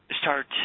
start